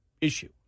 issue